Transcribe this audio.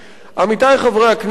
עמיתי חברי הכנסת,